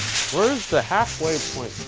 where is the halfway point